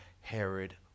Herod